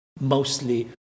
mostly